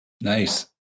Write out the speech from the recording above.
Nice